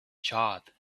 charred